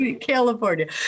California